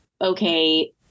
okay